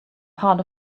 part